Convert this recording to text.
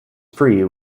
free